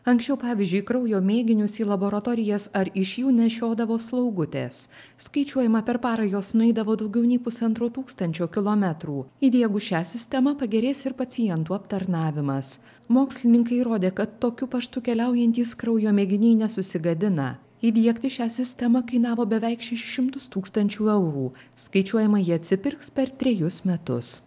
anksčiau pavyzdžiui kraujo mėginius į laboratorijas ar iš jų nešiodavo slaugutės skaičiuojama per parą jos nueidavo daugiau nei pusantro tūkstančio kilometrų įdiegus šią sistemą pagerės ir pacientų aptarnavimas mokslininkai įrodė kad tokiu paštu keliaujantys kraujo mėginiai nesusigadina įdiegti šią sistemą kainavo beveik šešis šimtus tūkstančių eurų skaičiuojama ji atsipirks per trejus metus